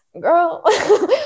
girl